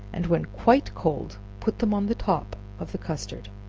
and when quite cold put them on the top of the custard.